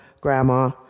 Grandma